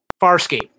Farscape